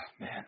man